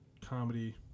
comedy